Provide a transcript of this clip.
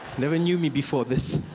never knew me before this.